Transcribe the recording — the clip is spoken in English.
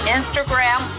Instagram